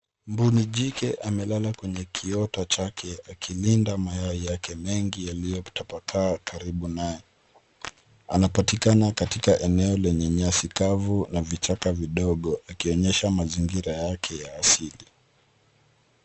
Mbuni jike amelala kwenye kiota chake akilinda mayai yake mengi yaliyotapakaa karibu naye. Anapatikana katika eneo lenye nyasi kavu na vichaka vidogo akionyesha mazingira yake ya asili.